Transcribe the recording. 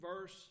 verse